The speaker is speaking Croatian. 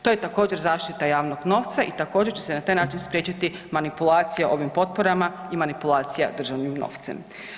To je također zaštita javnog novca i također će se na taj način spriječiti manipulacija ovim potporama i manipulacijama državnim novcem.